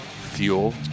Fuel